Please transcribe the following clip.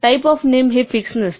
type of name हे fix नसते